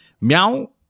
Meow